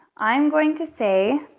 i'm going to say.